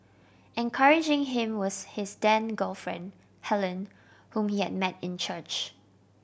encouraging him was his then girlfriend Helen whom he had met in church